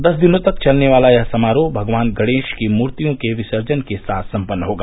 दस दिनों तक चलने वाला यह समारोह भगवान गणेश की मूर्तियों के विसर्जन के साथ संपन्न होगा